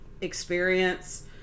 experience